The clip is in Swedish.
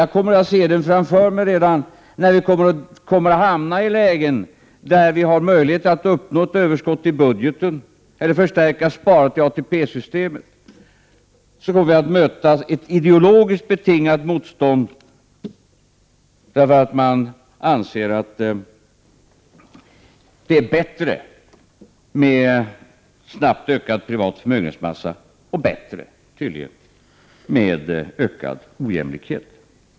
Jag kan se framför mig hur vi i lägen där vi har möjlighet att uppnå ett överskott i budgeten eller att förstärka sparandet i ATP-systemet kommer att möta ett ideologiskt betingat motstånd, därför att man anser att det är bättre med snabbt ökad privat förmögenhetsmassa och att det är bättre — tydligen — med ökad ojämlikhet.